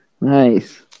Nice